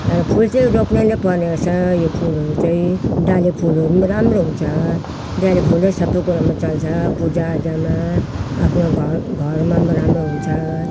तर फुल चाहिँ रोप्नु नै पर्ने रहेछ यो फुलहरू चाहिँ डाले फुलहरू राम्रो हुन्छ डाले फुलहरू सब कुरामा चल्छ पूजा आजामा आफ्नो घर घरमा राम्रो हुन्छ